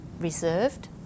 Reserved